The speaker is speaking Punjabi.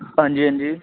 ਹਾਂਜੀ ਹਾਂਜੀ